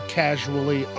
casually